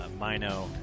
Mino